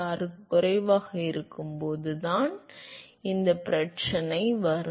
6க்குக் குறைவாக இருக்கும்போதுதான் இந்தப் பிரச்சனை வரும்